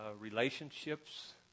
relationships